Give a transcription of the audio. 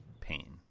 pain